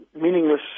meaningless